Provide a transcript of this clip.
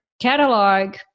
catalog